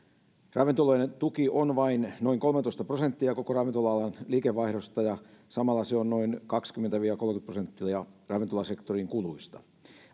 ravintoloiden tuki on vain noin kolmetoista prosenttia koko ravintola alan liikevaihdosta ja samalla se on noin kaksikymmentä viiva kolmekymmentä prosenttia ravintolasektorin kuluista